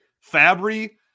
Fabry